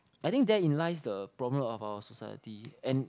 I think there in lies the problem of our society and